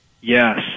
yes